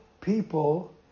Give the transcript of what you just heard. people